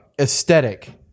aesthetic